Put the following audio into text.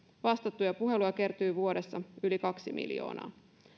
vastattuja puheluja kertyy vuodessa yli kaksi miljoonaa